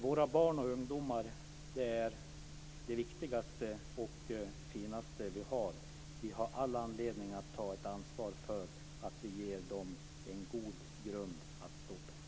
Våra barn och ungdomar är det viktigaste och finaste som vi har. Vi har all anledning att ta ett ansvar för att vi ger dem en god grund att stå på.